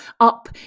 up